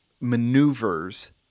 maneuvers